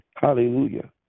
Hallelujah